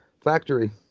factory